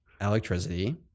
electricity